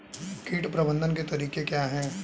कीट प्रबंधन के तरीके क्या हैं?